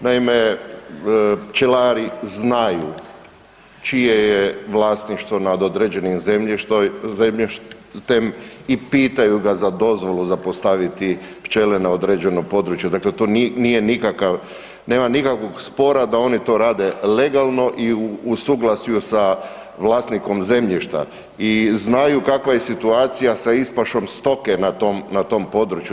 Naime, pčelari znaju čije je vlasništvo nad određenim zemljištem i pitaju ga za dozvolu za postaviti pčele na određeno područje, dakle to nije nikakav, nema nikakvog spora da oni to rade legalno i u suglasju sa vlasnikom zemljišta i znaju kakva je situacija sa ispašom stoke na tom području.